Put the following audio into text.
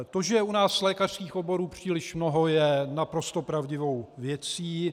To, že je u nás lékařských oborů příliš mnoho, je naprosto pravdivou věcí.